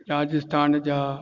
राजस्थान जा